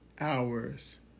hours